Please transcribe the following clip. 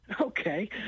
Okay